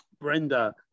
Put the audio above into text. Brenda